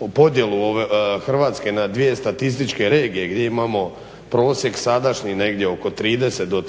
na podjelu ove Hrvatske na dvije statističke regije gdje imamo prosjek sadašnji negdje oko 30 do